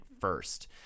first